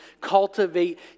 Cultivate